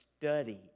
study